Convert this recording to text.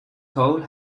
coal